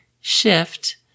shift